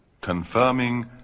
confirming